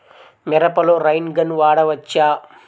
మిరపలో rain gun వాడవచ్చా?